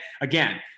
Again